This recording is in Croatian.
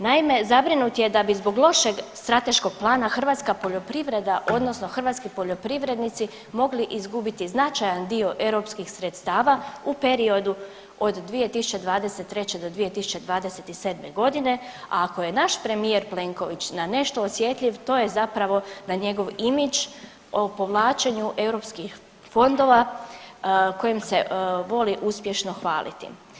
Naime, zabrinut je da bi zbog lošeg strateškog plana hrvatska poljoprivreda odnosno hrvatskih poljoprivrednici mogli izgubiti značajan dio europskih sredstava u periodu 2023.-2027., a ako je naš premijer Plenković na nešto osjetljiv, to je zapravo na njegov imidž o povlačenju EU fondova kojim se voli uspješno hvaliti.